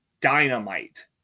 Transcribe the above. dynamite